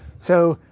so,